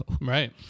Right